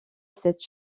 cette